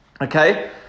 okay